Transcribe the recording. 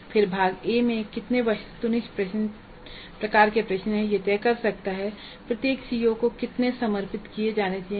और फिर भाग ए में कितने वस्तुनिष्ठ प्रकार के प्रश्न हैं यह तय कर सकता है कि प्रत्येक सीओ को कितने समर्पित किए जाने चाहिए